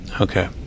Okay